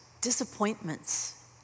disappointments